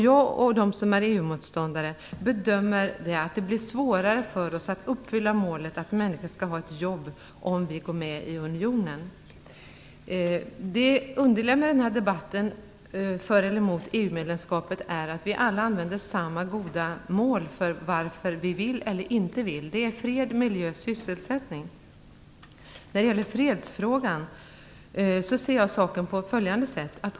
Jag och andra EU motståndare gör bedömningen att det blir svårare för oss att uppfylla målet att människor skall ha ett jobb om vi går med i unionen. Det underliga med denna debatt för och emot EU medlemskapet är att vi alla använder samma goda skäl till varför vi vill eller inte vill bli medlemmar. De är fred, miljö och sysselsättning. Vad gäller fredsfrågan ser jag saken på följande sätt.